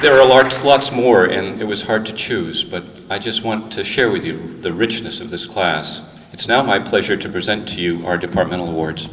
there are a large lots more and it was hard to choose but i just want to share with you the richness of this class it's now my pleasure to present to you our departmental wards